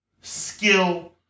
Skill